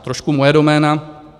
Trošku moje doména.